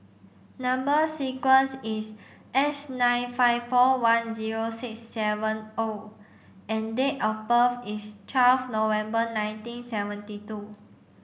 number sequence is S nine five four one zero six seven O and date of birth is twelve November nineteen seventy two